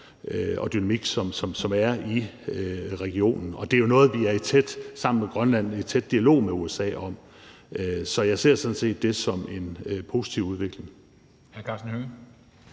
og dynamik, som er i regionen. Det er jo noget, som vi sammen med Grønland er i tæt dialog med USA om. Så jeg ser det sådan set som en positiv udvikling.